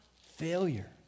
failure